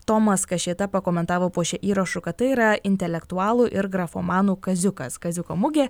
tomas kašėta pakomentavo po šiuo įrašu kad tai yra intelektualų ir grafomanų kaziukas kaziuko mugė